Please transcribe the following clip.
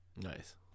Nice